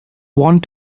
want